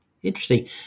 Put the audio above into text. Interesting